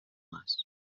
mas